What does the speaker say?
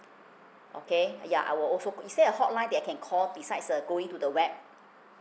okay yeah I will also go is there a hotline that I can call besides uh going to the web